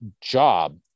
job